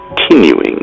continuing